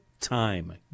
time